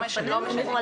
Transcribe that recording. לא משנה.